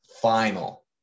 final